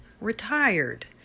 retired